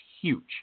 huge